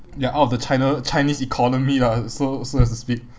ya out of the china chinese economy lah so so as to speak